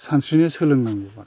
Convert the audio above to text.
सानस्रिनो सोलोंनांगौबा